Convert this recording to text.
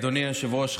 אדוני היושב-ראש,